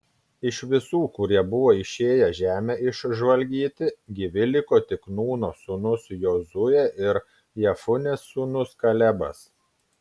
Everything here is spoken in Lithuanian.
iš visų kurie buvo išėję žemę išžvalgyti gyvi liko tik nūno sūnus jozuė ir jefunės sūnus kalebas